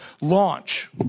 launch